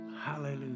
hallelujah